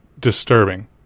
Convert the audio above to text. disturbing